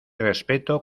respeto